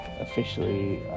officially